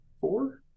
four